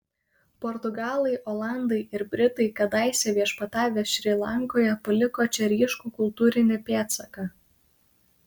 portugalai olandai ir britai kadaise viešpatavę šri lankoje paliko čia ryškų kultūrinį pėdsaką